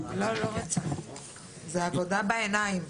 זו עבודה בעיניים.